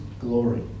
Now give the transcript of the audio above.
glory